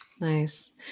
Nice